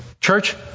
church